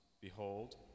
Behold